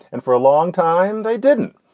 and for a long time they didn't.